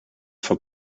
for